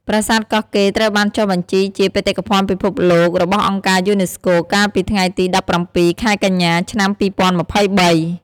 ប្រាសាទកោះកេរ្តិ៍ត្រូវបានចុះបញ្ជីជា បេតិកភណ្ឌពិភពលោករបស់អង្គការយូណេស្កូ កាលពីថ្ងៃទី ១៧ ខែកញ្ញា ឆ្នាំ២០២៣។